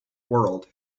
world